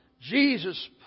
Jesus